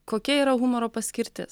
kokia yra humoro paskirtis